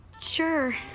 Sure